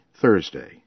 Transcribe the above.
Thursday